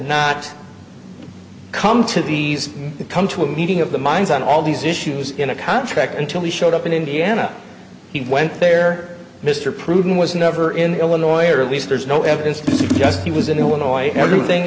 not come to these to come to a meeting of the minds on all these issues in a contract until he showed up in indiana he went there mr proven was never in illinois or at least there's no evidence to suggest he was in illinois everything